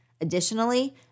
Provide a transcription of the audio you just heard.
Additionally